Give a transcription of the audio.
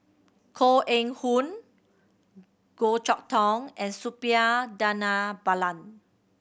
Koh Eng Hoon Goh Chok Tong and Suppiah Dhanabalan